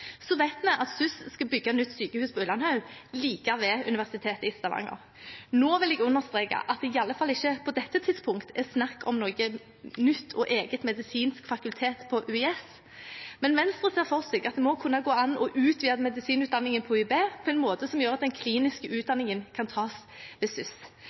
Så vet vi at SUS skal bygge nytt sykehus på Ullandhaug, like ved Universitetet i Stavanger. Nå vil jeg understreke at det i alle fall ikke på dette tidspunkt er snakk om noe nytt og eget medisinsk fakultet på UiS, men Venstre ser for seg at det må kunne gå an å utvide medisinutdanningen på UiB på en måte som gjør at den kliniske utdanningen kan tas ved SUS.